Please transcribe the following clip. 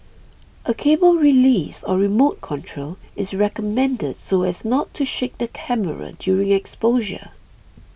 a cable release or remote control is recommended so as not to shake the camera during exposure